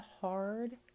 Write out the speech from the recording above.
hard